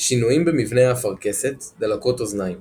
שינויים במבנה האפרכסת, דלקות אוזניים